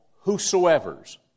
whosoever's